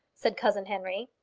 said cousin henry.